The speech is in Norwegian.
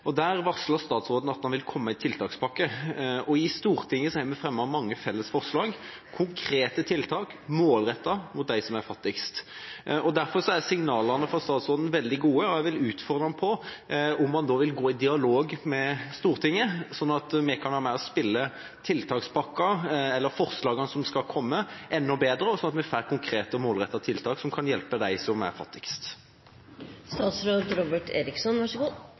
Stortinget har vi fremmet mange felles forslag, konkrete tiltak, målrettet mot dem som er fattigst. Derfor er signalene fra statsråden veldig gode, og jeg vil utfordre ham på om han vil gå i dialog med Stortinget, sånn at vi kan være med på å spille tiltakspakken, eller forslagene som skal komme, enda bedre, slik at vi får konkrete og målrettede tiltak som kan hjelpe dem som er